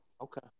Okay